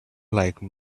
like